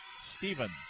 Stevens